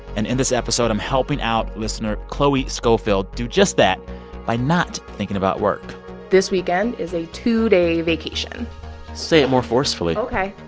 and in this episode, i'm helping out listener chloe schofield do just that by not thinking about work this weekend is a two-day vacation say it more forcefully ok.